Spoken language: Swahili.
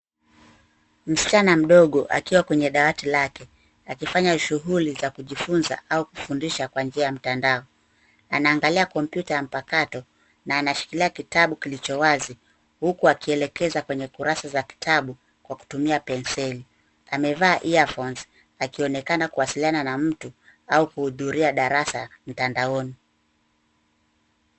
Msichana mdogo akiwa kwenye dawati lake, akifanya shughuli ya kujifunza au kufundisha kwa njia ya mtandao. Anaangalia kompyuta mpakato na anashikilia kitabu kilicho wazi, huku akielekeza kwenye kurasa za kitabu kwa kutumia penseli. Amevaa earphones , akionekana kuwasiliana na mtu au kuhudhuria darasa mtandaoni.